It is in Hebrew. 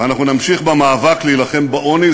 ואנחנו נמשיך במאבק להילחם בעוני,